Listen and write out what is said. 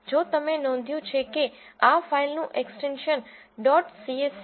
જો તમે નોંધ્યું છે કે આ ફાઇલનું એક્સ્ટેંશન ડોટ સીએસવી